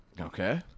okay